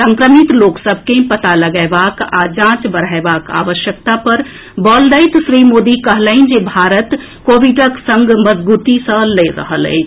संक्रमित लोक सभ के पता लगयबाक आ जांच बढ़एबाक आवश्यकता पर बल दैत श्री मोदी कहलनि जे भारत कोविडक संग मजगूती सँ लड़ि रहल अछि